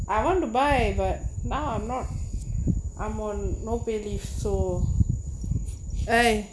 I want to buy but now I am not I am on no pay leave so eh